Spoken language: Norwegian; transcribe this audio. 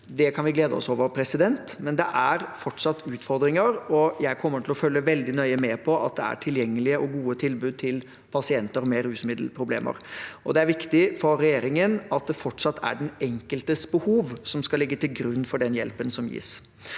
Det kan vi glede oss over, men det er fortsatt utfordringer. Jeg kommer til å følge veldig nøye med på at det er tilgjengelige og gode tilbud til pasienter med rusmiddelproblemer. Det er viktig for regjeringen at det fortsatt er den enkeltes behov som skal ligge til grunn for den hjelpen som gis.